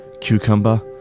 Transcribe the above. Cucumber